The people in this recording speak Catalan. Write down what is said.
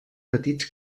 petits